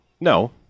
No